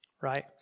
Right